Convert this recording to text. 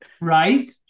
Right